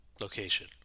location